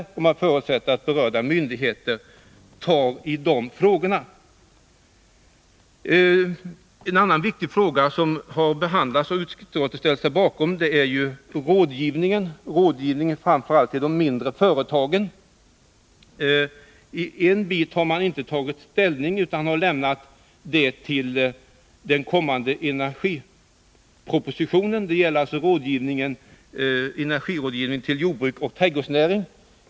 Utskottet förutsätter att berörda myndigheter tar tag i dessa frågor. En annan viktig fråga, där utskottet ställt sig bakom motionsförslaget, är rådgivningen till framför allt de mindre företagen. Till en del av förslaget har utskottet inte tagit ställning utan överlämnat det till den kommande energipropositionen. Det gäller energirådgivning till jordbruket och trädgårdsnäringen.